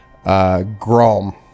Grom